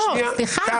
לא, סליחה.